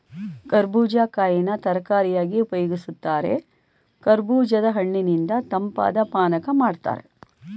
ಕರ್ಬೂಜ ಕಾಯಿನ ತರಕಾರಿಯಾಗಿ ಉಪಯೋಗಿಸ್ತಾರೆ ಕರ್ಬೂಜದ ಹಣ್ಣಿನಿಂದ ತಂಪಾದ್ ಪಾನಕ ಮಾಡ್ತಾರೆ